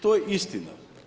To je istina.